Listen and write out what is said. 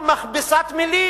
זו מכבסת מלים,